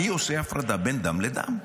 אני עושה הפרדה בין דם לדם.